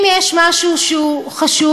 אם יש משהו שהוא חשוב,